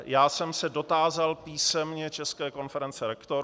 Já jsem se dotázal písemně České konference rektorů.